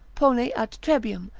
pone ad trebium,